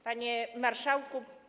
Panie Marszałku!